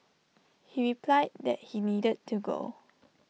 he replied that he needed to go